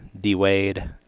D-Wade